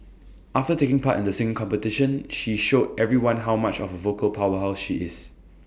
after taking part in the singing competition she showed everyone how much of A vocal powerhouse she is